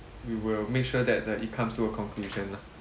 we will make sure that the it comes to a conclusion lah